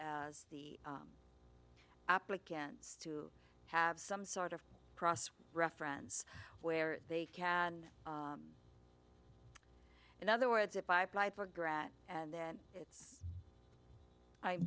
as the applicants to have some sort of cross reference where they can in other words if i apply for grad and then i